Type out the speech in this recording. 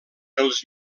els